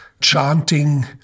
chanting